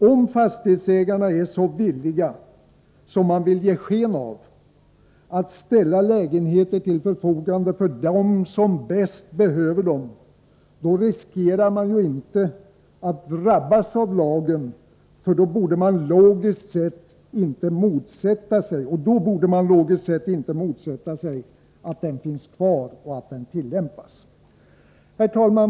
Om fastighetsägarna är så villiga, som man vill ge sken av, att ställa lägenheter till förfogande för dem som bäst behöver dem, riskerar man ju inte att drabbas avlagen, och då borde man logiskt sett inte motsätta sig att den finns kvar och tillämpas. Herr talman!